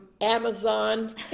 Amazon